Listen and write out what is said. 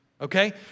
okay